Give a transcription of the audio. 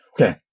Okay